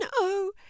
No